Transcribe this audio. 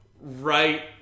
right